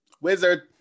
wizard